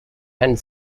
and